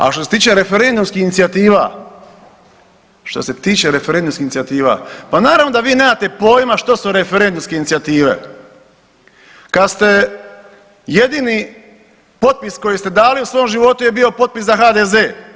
A što se tiče referendumskih inicijativa, što se tiče referendumskih inicijativa, pa naravno da vi nemate pojma što su referendumske inicijative kad ste jedini potpis koji ste dali u svom životu je bio potpis za HDZ.